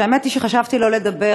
האמת היא שחשבתי לא לדבר,